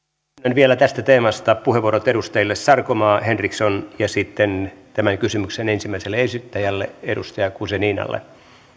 vielä tästä teemasta puheenvuorot edustajille sarkomaa ja henriksson ja sitten tämän kysymyksen ensimmäiselle esittäjälle edustaja guzeninalle